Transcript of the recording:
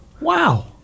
Wow